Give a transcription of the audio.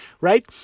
right